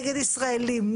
נגד ישראלים,